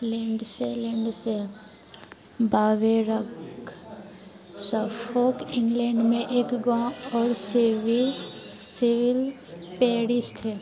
Lindsey Lindsey बागेरक Suffolk England में एक गाँव और सिविल सिविल पेरिश है